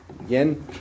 Again